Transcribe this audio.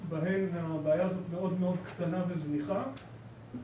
בהן הבעיה הזאת מאוד קטנה וזניחה,